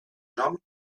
jambe